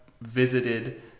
visited